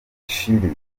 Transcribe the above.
shiri